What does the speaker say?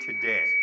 today